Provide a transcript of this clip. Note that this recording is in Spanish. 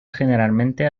generalmente